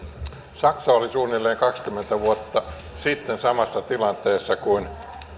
saksa oli suunnilleen kaksikymmentä vuotta sitten samassa tilanteessa kuin